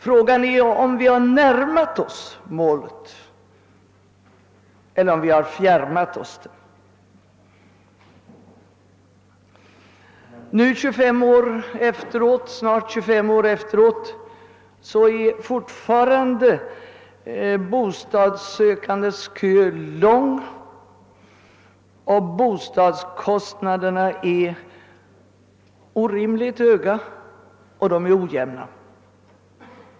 Frågan är om vi har närmat oss målet eller om vi har fjärmat oss från det. Efter nära 25 år är de bostadssökandes kö fortfarande lång och bostadskostnaderna orimligt höga och ojämna.